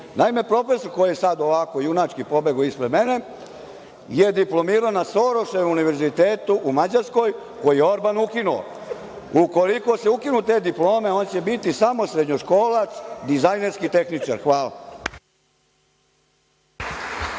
profesor koji je sada ovako junački pobegao ispred mene je diplomirao na Soroš univerzitetu u Mađarskoj, koji je Orban ukinuo. Ukoliko se ukinu te diplome, on će biti samo srednjoškolac i dizajnerski tehničar. Hvala. **Maja